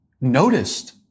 noticed